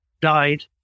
died